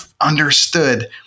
understood